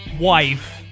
wife